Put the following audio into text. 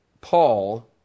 Paul